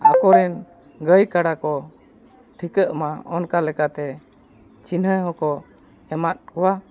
ᱟᱠᱚᱨᱮᱱ ᱜᱟᱹᱭ ᱟᱰᱟ ᱠᱚ ᱴᱷᱤᱠᱟᱹᱜ ᱢᱟ ᱚᱱᱠᱟ ᱞᱮᱠᱟᱛᱮ ᱪᱤᱱᱦᱟᱹ ᱦᱚᱸᱠᱚ ᱮᱢᱟᱜ ᱠᱚᱣᱟ